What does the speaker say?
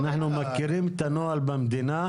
אנחנו מכירים את הנוהל במדינה.